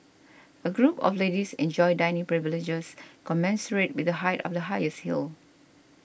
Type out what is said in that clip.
a group of ladies enjoys dining privileges commensurate with the height of the highest heel